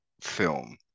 film